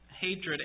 hatred